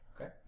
Okay